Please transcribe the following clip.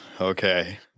okay